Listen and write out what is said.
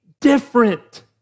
different